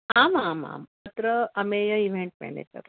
आमामां अत्र Ameya event manager